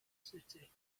city